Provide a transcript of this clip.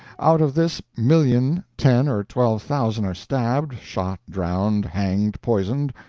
out of this million ten or twelve thousand are stabbed, shot, drowned, hanged, poisoned,